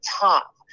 top